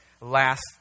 last